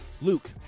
Luke